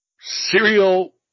serial